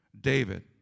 David